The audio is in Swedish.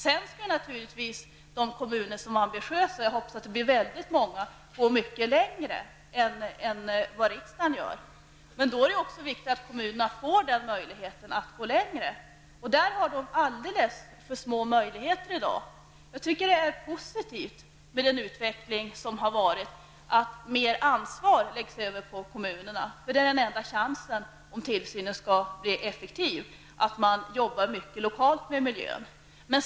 Sedan kan naturligtvis de kommuner som är ambitiösa -- jag hoppas att de blir väldigt många -- gå mycket längre än vad riksdagen har förutsatt. Det är viktigt att kommunerna får denna möjlighet att gå längre. Kommunerna har därvidlag i dag alldeles för små möjligheter. Jag tycker att det är positivt att mer ansvar har lagts över på kommunerna. Den enda möjlighet vi har att få tillsynen effektivare är att man lokalt arbetar mer för miljön.